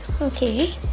Okay